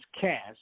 cast